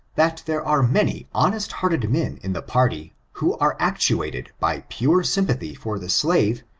that there are many honest-hearted men in the party, who are actuated by pure sympathy for the slave,